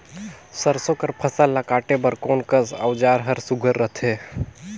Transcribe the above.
सरसो कर फसल ला काटे बर कोन कस औजार हर सुघ्घर रथे?